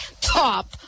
top